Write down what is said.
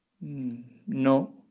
No